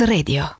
Radio